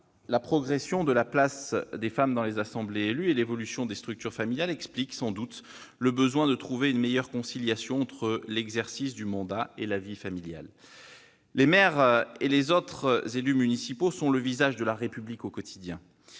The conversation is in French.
la progression de la place des femmes dans les assemblées élues et l'évolution des structures familiales expliquent sans doute le besoin de trouver une meilleure conciliation entre l'exercice du mandat et la vie familiale. Les maires et les autres élus municipaux sont le visage de la République au quotidien.